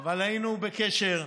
אבל היינו בקשר,